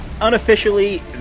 unofficially